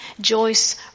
Joyce